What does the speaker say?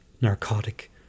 Narcotic